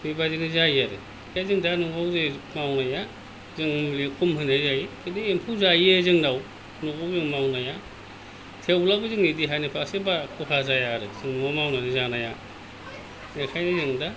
बेबायदिनो जायो आरो दा जों दा न'आव जे मावनाया जों मुलिखौ खम होनाय जायो खिन्थु एम्फौ जायो जोंनाव न'आव जों मावनाया थेवब्लाबो जोंनि देहानि फारसे बारा खहा जाया आरो जों न'आव मावनानै जानाया बेनिखायनो जों दा